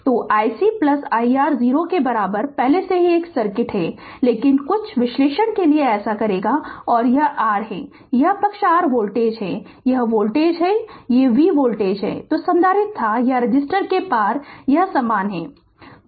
तो iC iR 0 के बराबर पहले से ही एक ही सर्किट है लेकिन कुछ विश्लेषण के लिए ऐसा करेगा और यह r है यह पक्ष r वोल्टेज है यह वोल्टेज है v वह वोल्टेज है जो संधारित्र था या रेसिस्टर के पार यह समान है